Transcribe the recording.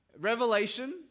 Revelation